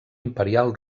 imperial